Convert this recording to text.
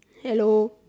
hello